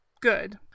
good